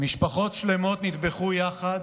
משפחות שלמות נטבחו יחד,